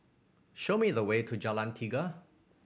show me the way to Jalan Tiga